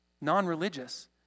non-religious